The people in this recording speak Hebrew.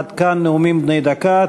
עד כאן נאומים בני דקה.